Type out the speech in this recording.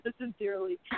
Sincerely